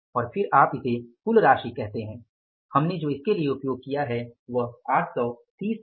और फिर आप इसे कुल राशि कहते हैं और हमने जो इसके लिए उपयोग किया है वह 830 है